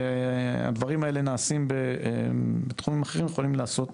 הדברים האלו נעשים בתחומים אחרים ויכולים להיעשות